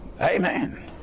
Amen